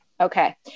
Okay